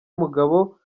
umugabo